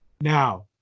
Now